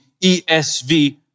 ESV